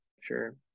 Sure